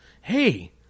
hey